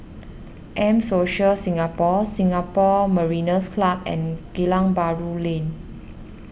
M Social Singapore Singapore Mariners' Club and Geylang Bahru Lane